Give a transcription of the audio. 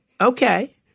okay